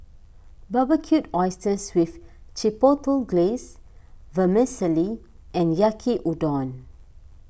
Barbecued Oysters with Chipotle Glaze Vermicelli and Yaki Udon